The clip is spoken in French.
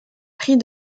prix